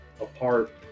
apart